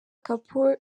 kapoor